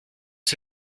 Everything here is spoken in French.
que